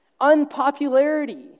unpopularity